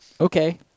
Okay